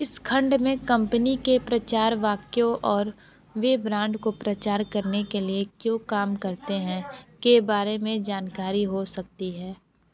इस खंड में कम्पनी के प्रचार वाक्यों और वे ब्रांड को प्रचार करने के लिए क्यों काम करते हैं के बारे में जानकारी हो सकती हैं